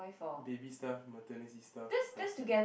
baby stuff maternity stuff hiking